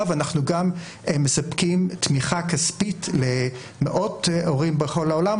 ואנחנו גם מספקים תמיכה כספית למאות הורים בכל העולם,